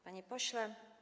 Panie Pośle!